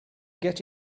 get